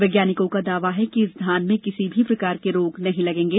वैज्ञानिकों का दावा है कि इस धान में किसी भी प्रकार के रोग नहीं लगेंगे